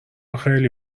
خیلی